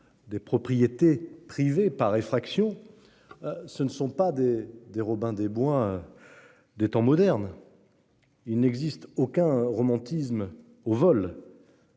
Des propriétés privées par effraction. Ce ne sont pas des des Robins des Bois. Des temps modernes. Il n'existe aucun romantisme au vol.